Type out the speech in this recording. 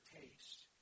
taste